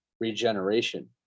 regeneration